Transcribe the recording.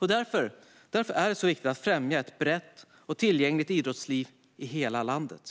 Därför är det viktigt att främja ett brett och tillgängligt idrottsliv i hela landet.